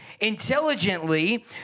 intelligently